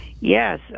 yes